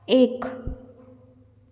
एक